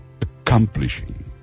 accomplishing